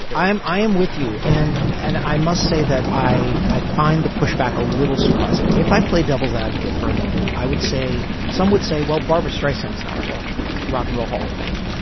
but i am. i am with you and and i must say that i i find the pushback a little surprising if i play devil's advocate for a moment. i would say some would say, well, barbra streisand's not in the rock n and roll hall of fame.